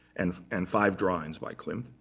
and and five drawings by klimt.